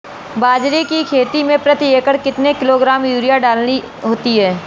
बाजरे की खेती में प्रति एकड़ कितने किलोग्राम यूरिया डालनी होती है?